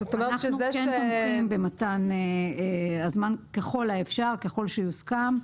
אנחנו תומכים במתן הזמן ככל האפשר, ככל שיוסכם.